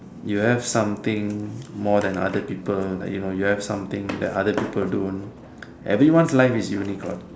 you have something more than other people like you know you have something that other people don't like everyone's life is unique what